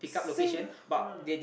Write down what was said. same because